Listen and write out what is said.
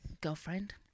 girlfriend